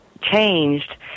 changed